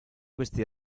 questi